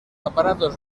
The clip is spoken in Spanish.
aparatos